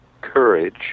courage